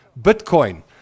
Bitcoin